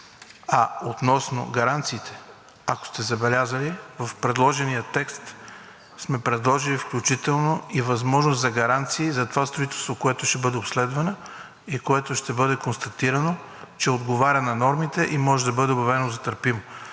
Относно гаранциите, ако сте забелязали, в предложения текст сме предложили, включително и възможност за гаранции за това строителство, което ще бъде обследвано и което ще бъде констатирано, че отговаря на нормите и може да бъде обявено за търпимо,